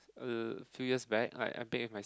uh a few back I I bake with my